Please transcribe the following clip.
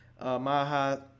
Maha